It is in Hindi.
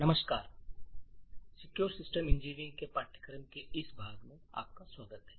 नमस्कार और सिक्योर सिस्टम इंजीनियरिंग के पाठ्यक्रम में इस प्रदर्शन का स्वागत है